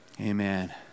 Amen